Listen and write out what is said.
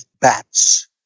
bats